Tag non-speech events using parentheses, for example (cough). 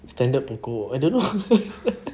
standard pokok I don't know (laughs)